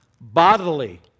bodily